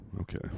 Okay